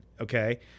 okay